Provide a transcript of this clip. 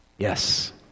Yes